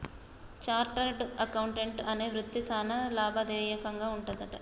chartered accountant అనే వృత్తి సానా లాభదాయకంగా వుంటది